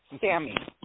Sammy